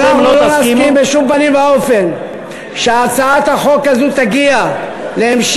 אנחנו לא נסכים בשום פנים ואופן שהצעת החוק הזאת תגיע להמשך